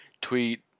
tweet